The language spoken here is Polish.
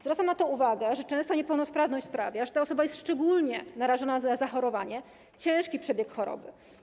Zwracam uwagę na to, że często niepełnosprawność sprawia, że ta osoba jest szczególnie narażona na zachorowanie, ciężki przebieg choroby.